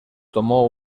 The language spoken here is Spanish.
tomó